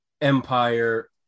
Empire